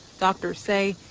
doctors say,